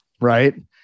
Right